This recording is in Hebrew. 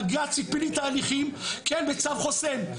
בג"צ הפיל לי את ההליכים, כן, בצו חוסם.